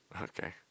okay